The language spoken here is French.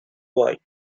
wilde